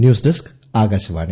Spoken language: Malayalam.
news desk Akashvani